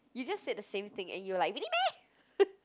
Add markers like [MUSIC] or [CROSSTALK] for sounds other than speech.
you just said the same thing and you were like really meh [LAUGHS]